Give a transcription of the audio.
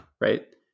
right